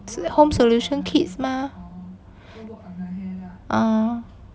是 home solution kits mah ah